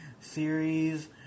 series